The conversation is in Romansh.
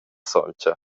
sontga